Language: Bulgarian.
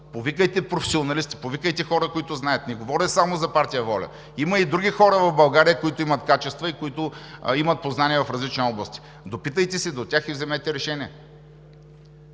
Повикайте професионалисти, повикайте хора, които знаят – не говоря само за партия „ВОЛЯ – Българските родолюбци“, има и други хора в България, които имат качества и които имат познания в различни области. Допитайте се до тях и вземете решение.